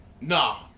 nah